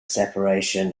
separation